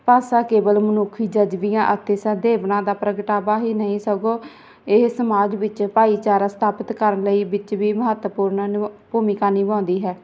ਭਾਸ਼ਾ ਕੇਵਲ ਮਨੁੱਖੀ ਜ਼ਜ਼ਬਿਆਂ ਅਤੇ ਸੰਦੇਵਨਾਂ ਦਾ ਪ੍ਰਗਟਾਵਾ ਹੀ ਨਹੀਂ ਸਗੋਂ ਇਹ ਸਮਾਜ ਵਿੱਚ ਭਾਈਚਾਰਾ ਸਥਾਪਿਤ ਕਰਨ ਲਈ ਵਿੱਚ ਵੀ ਮਹੱਤਵਪੂਰਨ ਨਿਭ ਭੂਮਿਕਾ ਨਿਭਾਉਂਦੀ ਹੈ